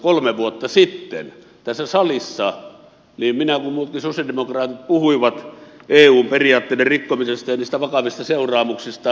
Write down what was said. kolme vuotta sitten tässä salissa niin minä kuin muutkin sosialidemokraatit puhuimme eun periaatteiden rikkomisesta ja sen vakavista seuraamuksista